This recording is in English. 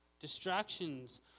Distractions